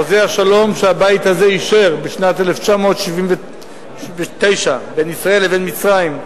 חוזה השלום שהבית הזה אישר בשנת 1979 בין ישראל לבין מצרים,